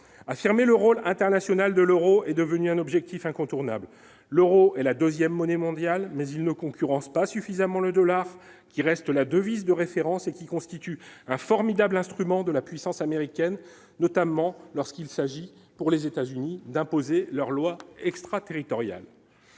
affirmer le rôle international de l'Euro est devenu un objectif incontournable : l'Euro et la 2ème monnaie mondiale, mais il ne concurrence pas suffisamment le dollar qui reste la devise de référence et qui constitue un formidable instrument de la puissance américaine, notamment lorsqu'il s'agit pour les États-Unis d'imposer leurs lois extraterritoriales.